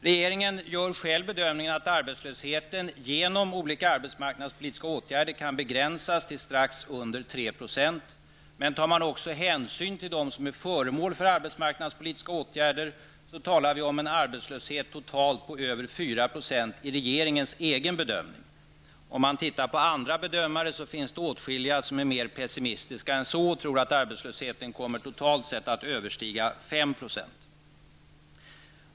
Regeringen gör själv bedömningen att arbetslösheten genom olika arbetsmarknadspolitiska åtgärder kan begränsas till strax under 3 %. Men om man också tar hänsyn till dem som är föremål för arbetsmarknadspolitiska åtgärder talar vi -- i regeringens egen bedömning -- om en arbetslöshet totalt på över 4 %. Bland andra bedömare finns det åtskilliga som är mer pessimistiska än så och tror att arbetslösheten kommer att totalt överstiga 5 %.